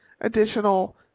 additional